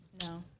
No